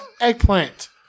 eggplant